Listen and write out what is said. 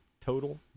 Total